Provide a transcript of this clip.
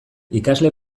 ikasle